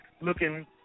looking